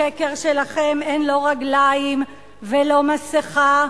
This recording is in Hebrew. לשקר שלכם, אין לא רגליים ולא מסכה,